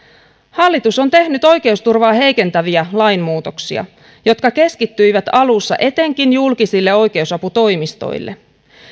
hallitus on tehnyt oikeusturvaa heikentäviä lainmuutoksia jotka keskittyivät alussa etenkin julkisille oikeusaputoimistoille